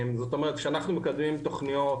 זאת אומרת כשאנחנו מקבלים תוכניות,